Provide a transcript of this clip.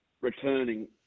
returning